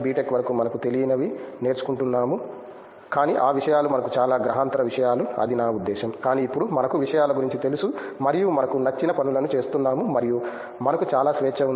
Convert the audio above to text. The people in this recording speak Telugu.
టెక్ వరకు మనకు తెలియనివి నేర్చుకుంటున్నాము కానీ ఆ విషయాలు మనకు చాలా గ్రహాంతర విషయాలు అని నా ఉద్దేశ్యం కానీ ఇప్పుడు మనకు విషయాల గురించి తెలుసు మరియు మనకు నచ్చిన పనులను చేస్తున్నాము మరియు మనకు చాలా స్వేచ్ఛ ఉంది